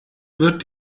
wird